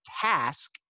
task